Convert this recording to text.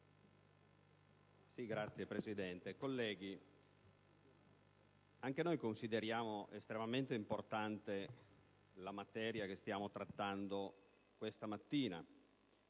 onorevoli colleghi, anche noi consideriamo estremamente importante la materia che stiamo trattando questa mattina.